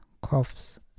coughs